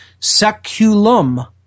Seculum